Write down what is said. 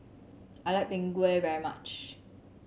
I like Png Kueh very much